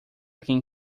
quem